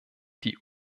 die